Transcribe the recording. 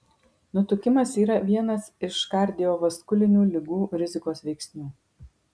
nutukimas yra vienas iš kardiovaskulinių ligų rizikos veiksnių